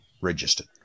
registered